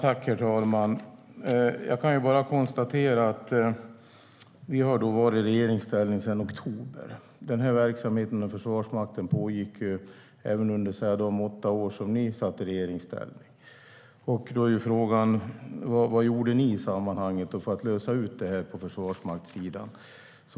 Herr talman! Jag kan konstatera att vi har varit i regeringsställning sedan i oktober. Den här verksamheten inom Försvarsmakten pågick även under de åtta år ni satt i regeringsställning. Frågan är vad ni gjorde i sammanhanget för att lösa detta i Försvarsmakten.